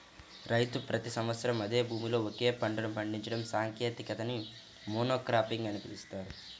రైతు ప్రతి సంవత్సరం అదే భూమిలో ఒకే పంటను పండించే సాంకేతికతని మోనోక్రాపింగ్ అని పిలుస్తారు